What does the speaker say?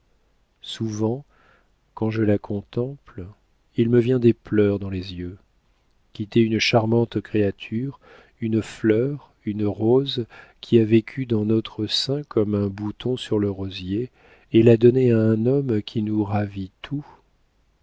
souvent quand je la contemple il me vient des pleurs dans les yeux quitter une charmante créature une fleur une rose qui a vécu dans notre sein comme un bouton sur le rosier et la donner à un homme qui nous ravit tout